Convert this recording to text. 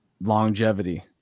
longevity